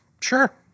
Sure